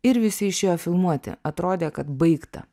ir visi išėjo filmuoti atrodė kad baigta